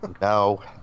No